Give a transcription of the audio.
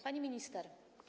Pani Minister!